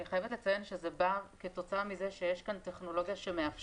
אני חייבת לציין שזה בא כתוצאה מזה שיש כאן טכנולוגיה שמאפשרת.